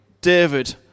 David